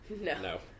No